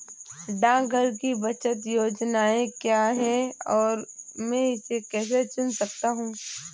डाकघर की बचत योजनाएँ क्या हैं और मैं इसे कैसे चुन सकता हूँ?